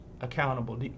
accountable